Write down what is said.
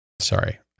Sorry